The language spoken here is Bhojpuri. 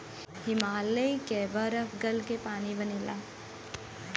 हिमालय के बरफ गल क पानी बनेला